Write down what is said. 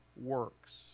works